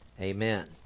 Amen